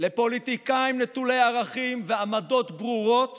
לפוליטיקאים נטולי ערכים ועמדות ברורות